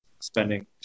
spending